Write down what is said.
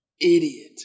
idiot